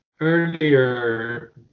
earlier